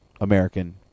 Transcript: American